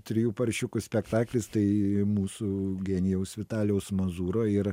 trijų paršiukų spektaklis tai mūsų genijaus vitalijaus mazūro ir